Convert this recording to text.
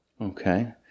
Okay